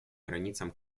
границам